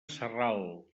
sarral